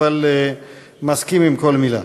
אבל מסכים עם כל מילה.